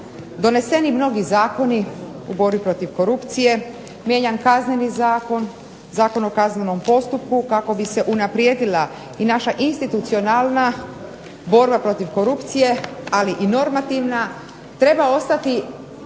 doneseni mnogi zakoni u borbi protiv korupcije, mijenjan Kazneni zakon, Zakon o kaznenom postupku kako bi se unaprijedila i naša institucionalna borba protiv korupcije ali i normativna. Treba ostati